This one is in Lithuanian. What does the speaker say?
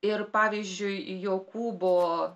ir pavyzdžiui jokūbo